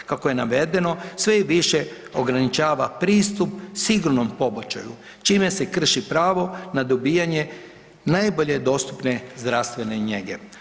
Kako je navedeno sve je više ograničava pristup sigurnom pobačaju čime se krši pravo na dobijanje najbolje dostupne zdravstvene njege.